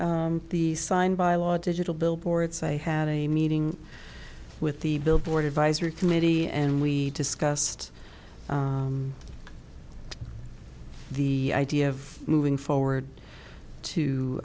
the sign by law digital billboards i had a meeting with the billboard advisory committee and we discussed the idea of moving forward